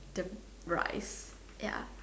the rice ya